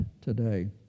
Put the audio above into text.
today